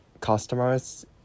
customers